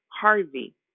harvey